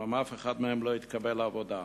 אולם אף אחד מהם לא התקבל לעבודה,